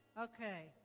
Okay